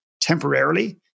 temporarily